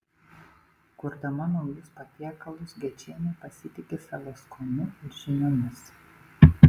kurdama naujus patiekalus gečienė pasitiki savo skoniu ir žiniomis